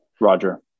Roger